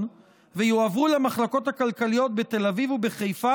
ויועברו למחלקות הכלכליות בתל אביב ובחיפה,